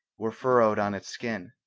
were furrowed on its skin.